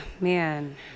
man